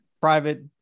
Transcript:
private